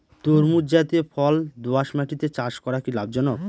তরমুজ জাতিয় ফল দোঁয়াশ মাটিতে চাষ করা কি লাভজনক?